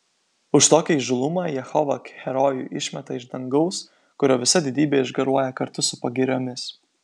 už tokį įžūlumą jehova herojų išmeta iš dangaus kurio visa didybė išgaruoja kartu su pagiriomis